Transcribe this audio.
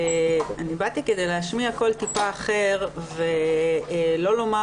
אני באתי כדי להשמיע קול טיפה אחר ולא לומר